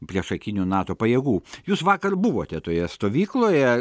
priešakinių nato pajėgų jūs vakar buvote toje stovykloje